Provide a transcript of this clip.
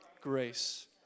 grace